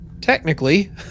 technically